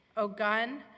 oh gun,